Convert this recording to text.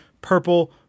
purple